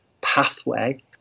pathway